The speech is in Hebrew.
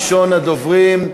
ראשון הדוברים,